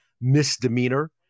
misdemeanor